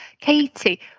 Katie